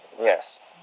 Yes